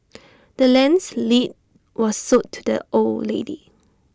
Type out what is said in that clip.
the land's lead was sold to the old lady